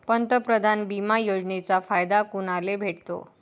पंतप्रधान बिमा योजनेचा फायदा कुनाले भेटतो?